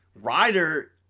Ryder